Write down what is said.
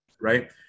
Right